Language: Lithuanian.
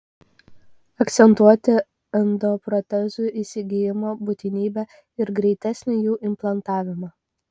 akcentuoti endoprotezų įsigijimo būtinybę ir greitesnį jų implantavimą